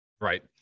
Right